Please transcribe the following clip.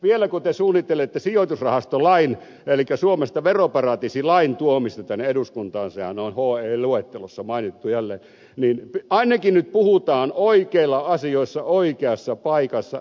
vielä kun te suunnittelette sijoitusrahastolain elikkä suomesta veroparatiisi lain tuomista tänne eduskuntaan sehän on he luettelossa mainittu jälleen niin toivon mukaan sitten ainakin nyt puhutaan oikeista asioista oikeassa paikassa